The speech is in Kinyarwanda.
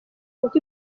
kuko